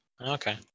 okay